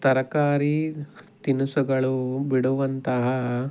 ತರಕಾರಿ ತಿನಿಸುಗಳು ಬಿಡುವಂತಹ